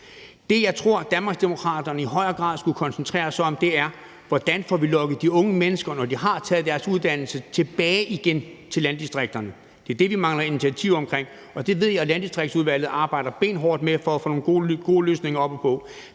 Det, jeg tror Danmarksdemokraterne i højere grad skulle koncentrere sig om, er, hvordan vi får lokket de unge mennesker, når de har taget deres uddannelse, tilbage til landdistrikterne igen. Det er det, vi mangler initiativer omkring, og det ved jeg at Landdistriktsudvalget arbejder benhårdt for at få nogle gode løsninger på.